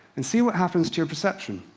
and see what happens to your perception.